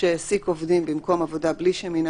שהעסיק עובדים במקום עבודה בלי שמינה